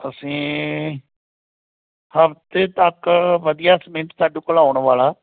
ਅਸੀਂ ਹਫ਼ਤੇ ਤੱਕ ਵਧੀਆ ਸੀਮੇਂਟ ਸਾਡੇ ਕੋਲ ਆਉਣ ਵਾਲਾ